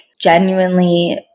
Genuinely